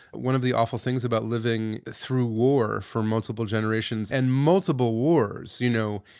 one of the awful things about living through war for multiple generations and multiple wars, you know,